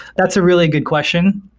that's a really good question.